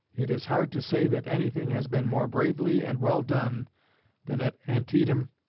it is hard to say that anything has been more bravely and well done than at antietam,